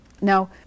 Now